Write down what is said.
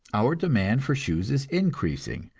our demand for shoes is increasing,